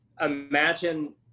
imagine